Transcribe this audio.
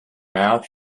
mouth